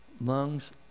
Lungs